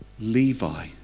Levi